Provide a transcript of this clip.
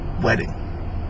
wedding